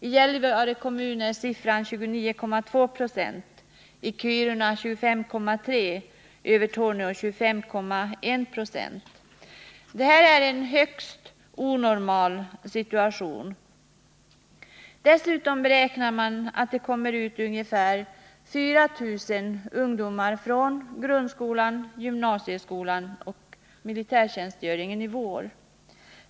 I Gällivare kommun är siffran 29,2 96, i Kiruna 25,3 och i Övertorneå 25,1 20. Det är en högst onormal situation. Dessutom beräknas ungefär 4000 ungdomar gå ut grundskolan och gymnasieskolan samt lämna militärtjänstgöringen denna vår.